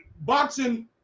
boxing